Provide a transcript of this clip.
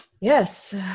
Yes